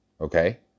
Okay